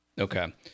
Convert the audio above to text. Okay